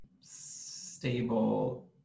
stable